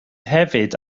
hefyd